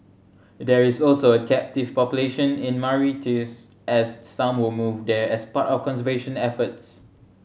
there is also a captive population in Mauritius as some were moved there as part of conservation efforts